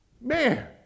man